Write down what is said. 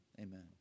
Amen